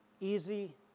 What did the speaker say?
easy